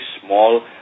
small